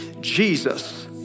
Jesus